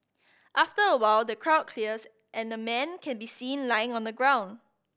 after a while the crowd clears and a man can be seen lying on the ground